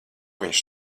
viņš